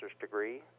degree